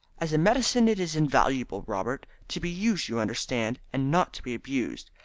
as a medicine it is invaluable, robert. to be used, you understand, and not to be abused.